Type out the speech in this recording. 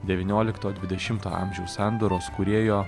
devyniolikto dvidešimto amžių sandūros kūrėjo